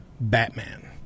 Batman